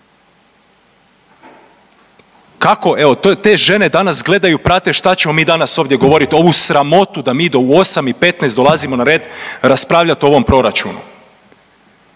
Kako, evo te žene danas gledaju, prate šta ćemo mi danas ovdje govoriti, ovu sramotu da mi u 8 i 15 dolazimo na red raspravljat o ovom proračunu.